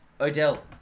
Odell